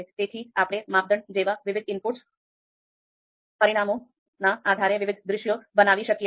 તેથી આપણે માપદંડ જેવા વિવિધ ઇનપુટ પરિમાણોના આધારે વિવિધ દૃશ્યો બનાવી શકીએ છીએ